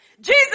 Jesus